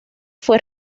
fue